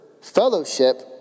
fellowship